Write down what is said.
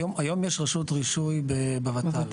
היום יש רשות רישוי בות"ל.